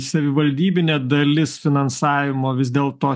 savivaldybinė dalis finansavimo vis dėl to